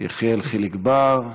יחיאל חיליק בר,